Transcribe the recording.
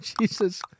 Jesus